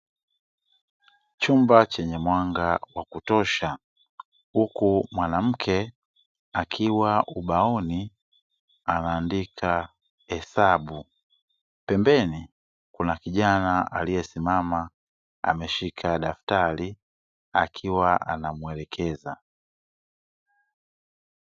Chumba chenye mwanga wa kutosha huku mwanamke akiwa ubaoni anaandika hesabu, pembeni kuna kijana aliyesimama ameshika daftari akiwa anamwelekeza.